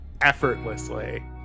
effortlessly